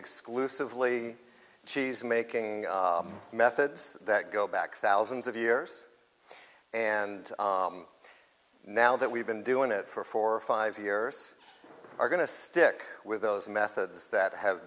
exclusively cheese making methods that go back thousands of years and now that we've been doing it for four or five years are going to stick with those methods that ha